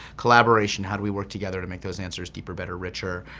collaboration, how do we work together to make those answers deeper, better, richer.